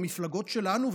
במפלגות שלנו,